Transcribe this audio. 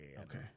Okay